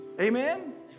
Amen